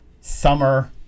summer